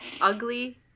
Ugly